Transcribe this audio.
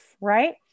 right